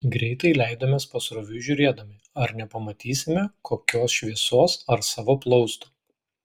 greitai leidomės pasroviui žiūrėdami ar nepamatysime kokios šviesos ar savo plausto